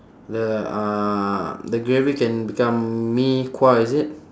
the uh the gravy can become mee kuah is it